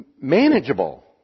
manageable